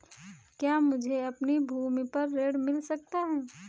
क्या मुझे अपनी भूमि पर ऋण मिल सकता है?